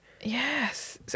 Yes